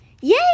Yay